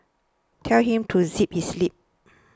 tell him to zip his lip